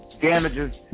damages